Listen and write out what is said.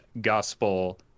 gospel